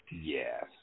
Yes